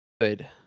good